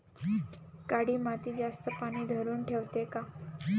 काळी माती जास्त पानी धरुन ठेवते का?